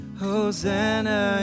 Hosanna